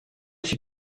suis